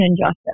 injustice